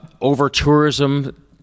over-tourism